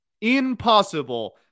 Impossible